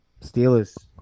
Steelers